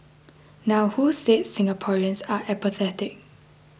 now who said Singaporeans are apathetic